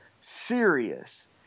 serious